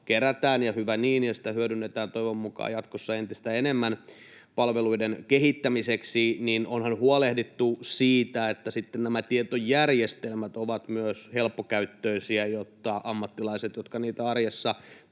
ja hyvä niin, ja kun sitä hyödynnetään toivon mukaan jatkossa entistä enemmän palveluiden kehittämiseksi, niin onhan huolehdittu siitä, että nämä tietojärjestelmät ovat sitten myös helppokäyttöisiä, jotta ammattilaiset, jotka niitä arjessa